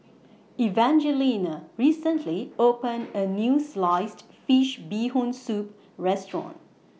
Evangelina recently opened A New Sliced Fish Bee Hoon Soup Restaurant